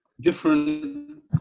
different